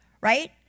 right